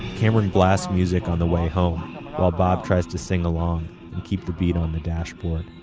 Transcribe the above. cameron blasts music on the way home while bob tries to sing along and keep the beat on the dashboard.